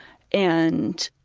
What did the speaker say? and